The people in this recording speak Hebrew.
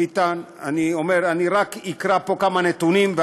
אני אומר לך, ביטן, אני רק אקרא פה כמה נתונים.